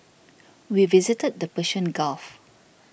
we visited the Persian Gulf